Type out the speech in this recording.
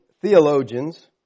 theologians